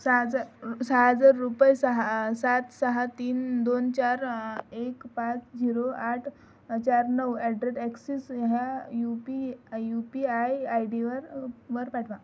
सहा हजार सहा हजार रुपये सहा सात सहा तीन दोन चार एक पाच झिरो आठ चार नऊ ॲट दरेट ॲक्सिस ह्या U P U P I I डीवर वर पाठवा